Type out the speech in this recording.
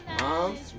moms